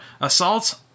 assaults